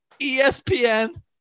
ESPN